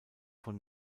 von